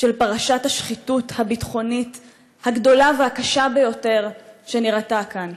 של פרשת השחיתות הביטחונית הגדולה והקשה ביותר שנראתה כאן.